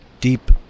Deep